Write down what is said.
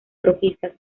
rojizas